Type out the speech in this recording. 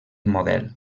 model